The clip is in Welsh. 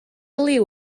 liw